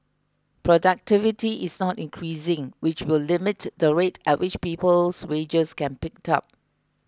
productivity is not increasing which will limit the rate at which people's wages can pick up